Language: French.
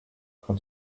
quand